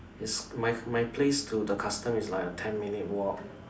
is my my place to the custom is like a ten minute walk